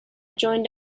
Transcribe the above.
joined